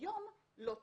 היום לא תקין.